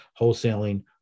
Wholesaling